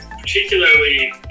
particularly